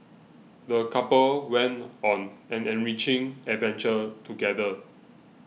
the couple went on an enriching adventure together